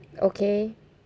okay